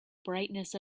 brightness